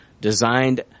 Designed